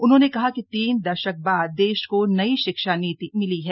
उन्होंने कहा कि तीन दशक बाद देश को नई शिक्षा नीति मिली है